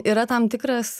yra tam tikras